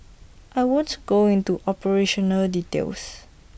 I won't go into operational details